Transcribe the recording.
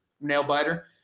nail-biter